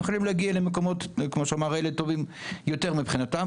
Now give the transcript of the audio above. הם יכולים להגיע למקומות טובים יותר מבחינתם,